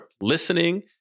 listening